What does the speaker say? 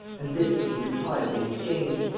and this was the reply of the exchange.